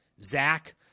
Zach